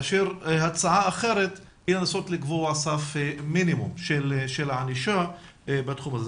הצעה אחרת היא לנסות לקבוע סף מינימום של ענישה בתחום הזה.